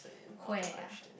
where ah